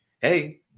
Hey